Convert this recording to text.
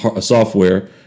software